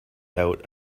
out